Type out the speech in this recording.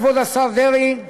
כבוד השר דרעי,